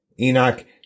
Enoch